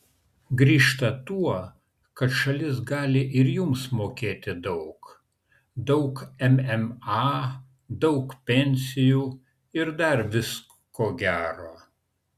grįžta tuo kad šalis gali ir jums mokėti daug daug mma daug pensijų ir dar visko gero